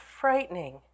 frightening